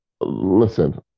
Listen